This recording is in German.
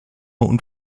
und